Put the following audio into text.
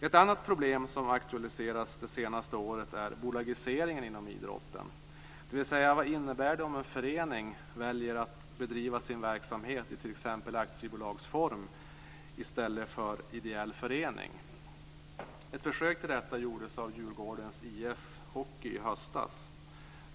Ett annat problem som aktualiserats det senaste året är bolagiseringen inom idrotten. Vad innebär det om en förening väljer att bedriva sin verksamhet i t.ex. aktiebolagsform i stället för som ideell förening? Ett försök till detta gjordes av Djurgårdens IF Hockey i höstas.